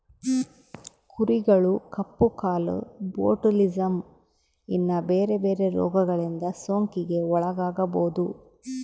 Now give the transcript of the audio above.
ಕುರಿಗಳು ಕಪ್ಪು ಕಾಲು, ಬೊಟುಲಿಸಮ್, ಇನ್ನ ಬೆರೆ ಬೆರೆ ರೋಗಗಳಿಂದ ಸೋಂಕಿಗೆ ಒಳಗಾಗಬೊದು